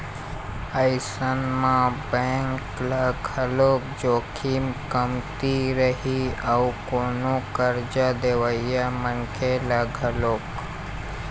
अइसन म बेंक ल घलोक जोखिम कमती रही अउ कोनो करजा देवइया मनखे ल घलोक